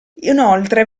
inoltre